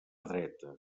dreta